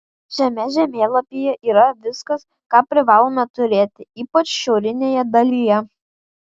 šiame žemėlapyje yra viskas ką privalome turėti ypač šiaurinėje dalyje